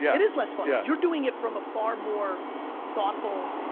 yeah it is less fun. yeah you're doing it from a far more thoughtful,